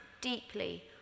deeply